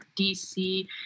DC